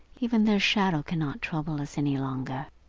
even their shadow cannot trouble us any longer.